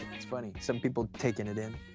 it's funny. some people taking it in,